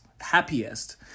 happiest